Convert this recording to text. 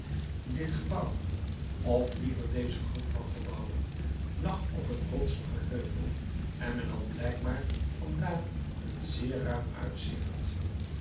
dit gebouw of liever deze groep van gebouwen lag op een rotsigen heuvel en men had blijkbaar van daar een zeer ruim uitzicht